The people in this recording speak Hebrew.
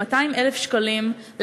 כ-200,000 שקלים,